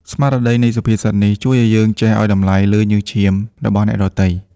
ស្មារតីនៃសុភាសិតនេះ ជួយឱ្យយើងចេះឱ្យតម្លៃលើញើសឈាមរបស់អ្នកដទៃ។